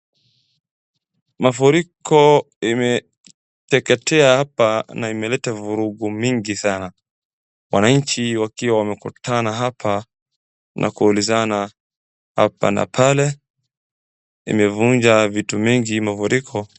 mafuriko imeteketeea hapa na imeleta vurugu mingi sana wananchi wakiwa wamekutana hapa na kuulizana hapa na pale imevunja vitu mingi mafuriko